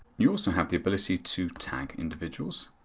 you also have the ability to tag individuals